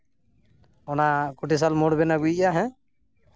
ᱚᱱᱟ ᱠᱚᱛᱤᱥᱟᱞ ᱢᱳᱲ ᱵᱮᱱ ᱟᱹᱜᱩᱭᱮᱭᱟ